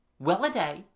well-a-day,